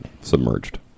submerged